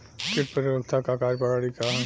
कीट प्रतिरोधकता क कार्य प्रणाली का ह?